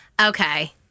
Okay